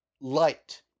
light